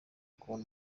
kubona